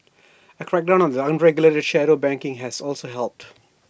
A crackdown on unregulated shadow banking has also helped